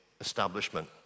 establishment